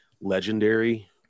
legendary